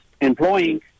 employing